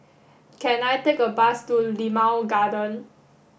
can I take a bus to Limau Garden